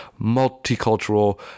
multicultural